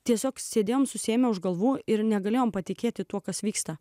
tiesiog sėdėjome susiėmę už galvų ir negalėjome patikėti tuo kas vyksta